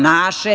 Naše.